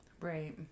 Right